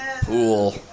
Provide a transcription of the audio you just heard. pool